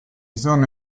sono